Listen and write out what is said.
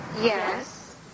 Yes